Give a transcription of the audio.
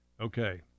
Okay